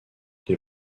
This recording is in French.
les